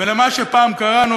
ולמה שפעם קראנו,